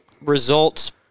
results